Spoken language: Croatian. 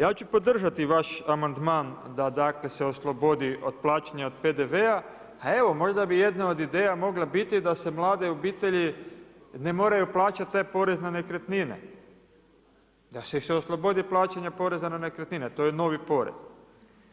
Ja ću podržati vaš amandman da se oslobodi od plaćanja od PDV-a, a evo možda bi jedna od ideja mogla biti da se mlade obitelji ne moraju plaćati taj porez na nekretnine, da ih se oslobodi plaćanja poreza na nekretnine, to je novi porez,